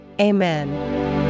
Amen